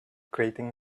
grating